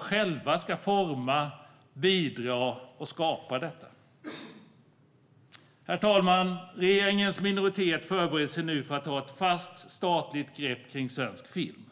själva ska forma, bidra till och skapa detta. Herr talman! Regeringens minoritet förbereder sig nu för att ta ett fast statligt grepp om svensk film.